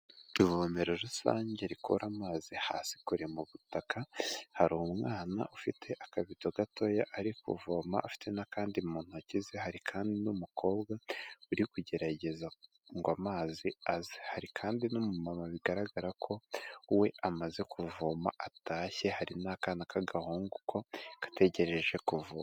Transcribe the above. Ivomero rusange rikura amazi hasi kure mu butaka, hari umwana ufite akabido gatoya ari kuvoma afite n'akandi mu ntoki ze, hari kandi n'umukobwa uri kugerageza ngo amazi aze, hari kandi n'umumama bigaragara ko we amaze kuvoma atashye, hari n'akana k'agahungu ko gategereje kuvoma.